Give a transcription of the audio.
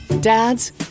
Dads